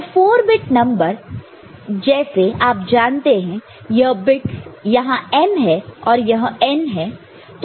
तो 4 bit number जैसे आप जानते हैं यह बिट्स यहां m है और यह n है